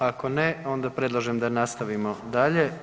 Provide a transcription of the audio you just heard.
Ako ne, onda predlažem da nastavimo dalje.